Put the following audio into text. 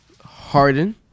Harden